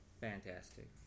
fantastic